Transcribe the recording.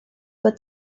bod